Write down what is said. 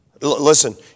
Listen